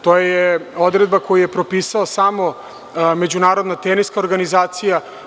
To je odredba koju je propisala sama Međunarodna teniska organizacija.